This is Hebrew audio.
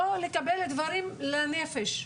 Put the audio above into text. לא לקבל דברים לנפש.